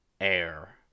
air